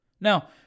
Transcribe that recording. Now